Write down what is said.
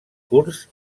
kurds